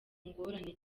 ngorane